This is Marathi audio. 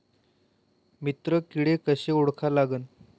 मित्र किडे कशे ओळखा लागते?